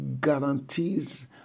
guarantees